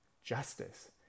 justice